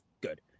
good